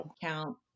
count